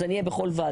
אז אני אהיה בכל ועדה.